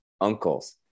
uncles